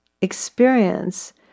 experience